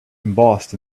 embossed